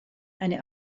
eine